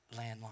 landline